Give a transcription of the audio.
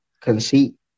conceit